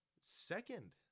Second